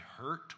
hurt